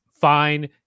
fine